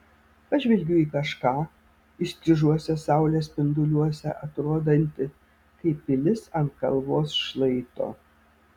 pažvelgiu į kažką įstrižuose saulės spinduliuose atrodantį kaip pilis ant kalvos šlaito